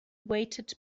waited